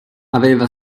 aveva